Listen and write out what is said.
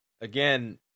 again